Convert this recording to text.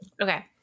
Okay